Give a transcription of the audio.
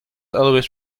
always